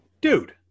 Dude